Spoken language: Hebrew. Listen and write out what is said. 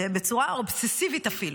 בצורה אובססיבית אפילו.